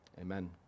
amen